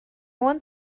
want